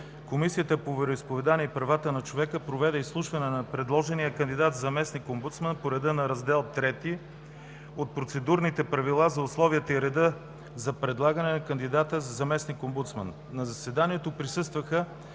Комисията по вероизповеданията и правата на човека проведе изслушване на предложения кандидат за заместник-омбудсман по реда на Раздел III от Процедурните правила за условията и реда за предлагане на кандидат за заместник-омбудсман.